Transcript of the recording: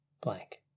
blank